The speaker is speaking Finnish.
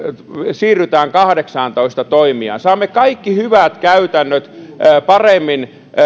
siirrytään kahdeksaantoista toimijaan saamme kaikki hyvät käytännöt paremmin